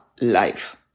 life